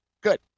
Good